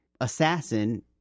assassin